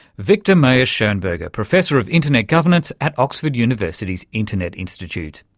viktor mayer-schonberger, professor of internet governance at oxford university's internet institute.